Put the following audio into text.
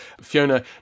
Fiona